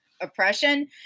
oppression